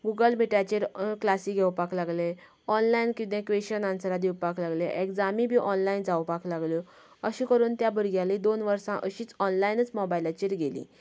Google मिटाचेर classes घेवपाक लागले ओनलायन कितें क्वेशन एन्सर दिवपाक लागले एग्जाम बी ओनलायन जावपाक लागल्यो अशें करून त्या भुरग्यांली दोन वर्सां अशीच ओनलायनच मोबायलाचेर गेली